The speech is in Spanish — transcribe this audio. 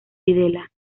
videla